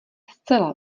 zcela